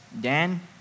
Dan